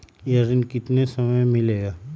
यह ऋण कितने समय मे मिलेगा?